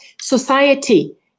society